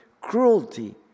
cruelty